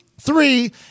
three